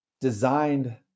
designed